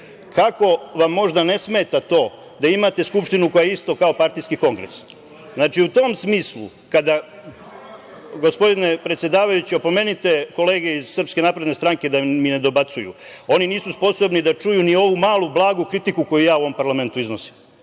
kako vam možda ne smeta to da imate Skupštinu koja je isto kao partijski kongres. Znači, u tom smislu kada…. Molim vas, gospodine predsedavajući opomenite kolege iz SNS da mi ne dobacuju, oni nisu sposobni da čuju ni ovu malu, blagu kritiku koju ja u ovom parlamentu iznosim.